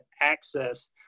access